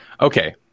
Okay